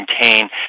maintain